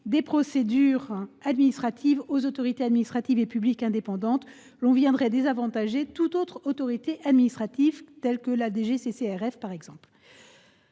des procédures administratives aux autorités administratives et publiques indépendantes signifierait désavantager toute autre autorité administrative, telle la direction